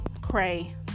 cray